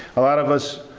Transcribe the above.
a lot of us,